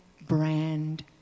brand